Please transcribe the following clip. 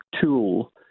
tool